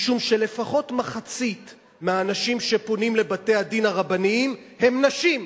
משום שלפחות מחצית מהאנשים שפונים לבתי-הדין הרבניים הם נשים.